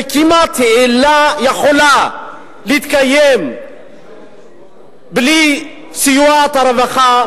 שכמעט אינה יכולה להתקיים בלי סיוע הרווחה,